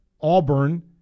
Auburn